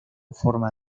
forma